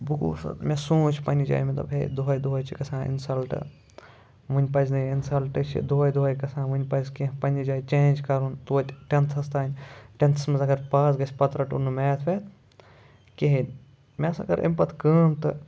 بہٕ اوسُس مےٚ سوٗنٛچ پَنٛنہِ جایہِ مطلب ہے دوٚہَے دوٚہَے چھِ گژھان اِنسَلٹ وۄنۍ پَزِ نہٕ اِنسَلٹطینسٖلتظ چھِ دوٚہَے دوٚہَے گژھان وۄنۍ پَزِ کینٛہہ پنٛنہِ جایہِ چینٛج کَرُن توتہِ ٹٮ۪نتھَس تانۍ ٹٮ۪نتھَس منٛز اگر پاس گژھِ پَتہٕ رَٹو نہٕ میتھ ویتھ کِہیٖنۍ مے ہَسا کٔر امہِ پَتہٕ کٲم تہٕ